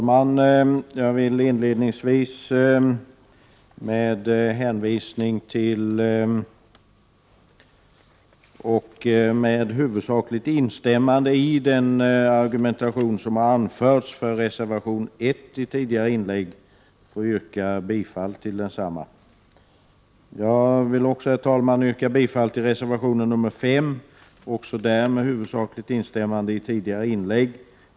Herr talman! Med hänvisning till och med huvudsakligt instämmande i den argumentation som har anförts för reservation 1 i tidigare inlägg, vill jag inledningsvis yrka bifall till densamma. Jag vill också yrka bifall till reservation 5, också där med huvudsakligt instämmande i tidigare inlägg.